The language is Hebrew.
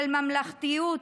של ממלכתיות.